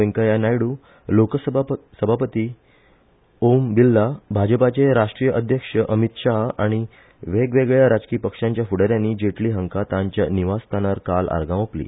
व्यैकय्या नायडू लोकसभा सभापती अमो बिर्ला भाजपाचे राष्ट्रीय अध्यक्ष अमित शाह आनी वेगवेगळ्या राजकी पक्षांच्या फूडा यानी जेटली हांका तांच्या निवासस्थानार काल आर्गा ओपली